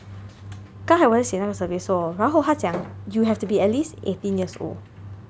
刚才我在写那个 survey 时候 hor 然后它讲 you have to be at least eighteen years old